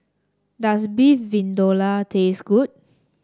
does Beef Vindaloo taste good